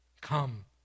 Come